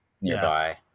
nearby